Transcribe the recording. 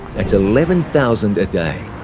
that's eleven thousand a day.